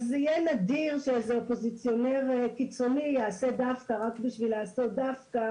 אז יהיה נדיר שהאופוזיציונר הקיצוני יעשה דווקא רק כדי לעשות דווקא.